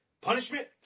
Punishment